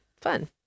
Fun